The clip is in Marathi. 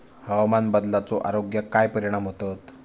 हवामान बदलाचो आरोग्याक काय परिणाम होतत?